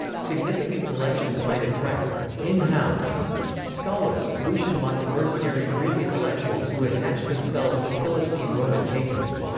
significant collections might attract in-house scholars lucian mocked mercenary greek intellectuals who attached themselves to philistine roman patrons.